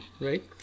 right